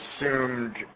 assumed